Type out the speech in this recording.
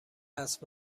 هست